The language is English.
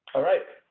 all right.